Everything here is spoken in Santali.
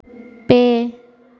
ᱯᱮ